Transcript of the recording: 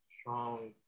strong